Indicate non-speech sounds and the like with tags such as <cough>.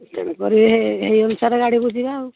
<unintelligible> ହେଇ ଅନୁସାରେ ଗାଡ଼ି ବୁଝିବା ଆଉ